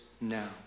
now